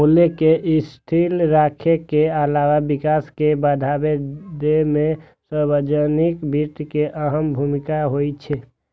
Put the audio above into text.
मूल्य कें स्थिर राखै के अलावा विकास कें बढ़ावा दै मे सार्वजनिक वित्त के अहम भूमिका होइ छै